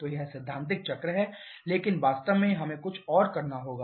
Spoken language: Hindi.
तो यह सैद्धांतिक चक्र है लेकिन वास्तव में हमें कुछ और करना होगा